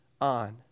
on